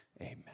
amen